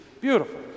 Beautiful